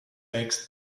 makes